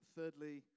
Thirdly